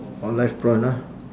orh live prawn ah